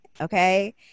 okay